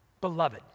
beloved